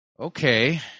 Okay